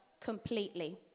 completely